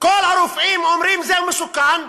כל הרופאים אומרים: זה מסוכן,